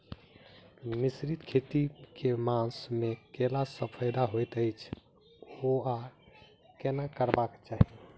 मिश्रित खेती केँ मास मे कैला सँ फायदा हएत अछि आओर केना करबाक चाहि?